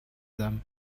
them